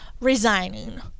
resigning